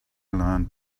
learn